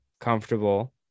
comfortable